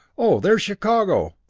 oh, there's chicago!